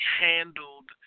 handled